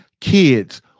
kids